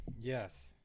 yes